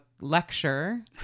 lecture